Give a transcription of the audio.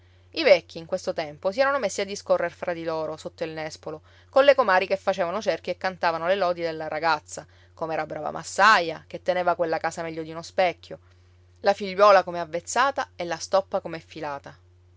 i vecchi in questo tempo si erano messi a discorrer fra di loro sotto il nespolo colle comari che facevano cerchio e cantavano le lodi della ragazza com'era brava massaia che teneva quella casa meglio di uno specchio la figliuola com'è avvezzata e la stoppa com'è filata